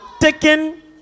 taken